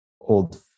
old